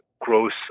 gross